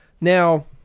Now